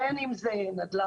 בין אם זה נדל"ן,